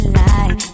light